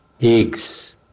eggs